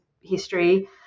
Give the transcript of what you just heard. history